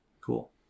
cool